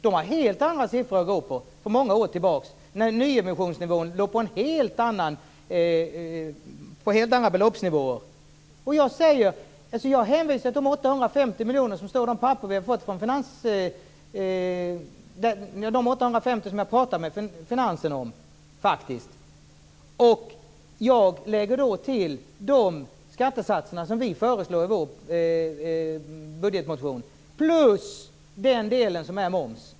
De har haft helt andra siffror att gå på från flera år tillbaka när nyemissionerna låg på helt andra beloppsnivåer. Jag hänvisar till de 850 miljoner som jag har pratat med finansen om. Jag lägger till de skattesatser som vi föreslår i vår budgetmotion plus den del som är moms.